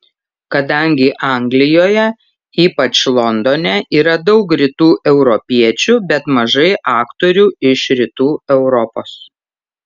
kadangi anglijoje ypač londone yra daug rytų europiečių bet mažai aktorių iš rytų europos